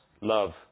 love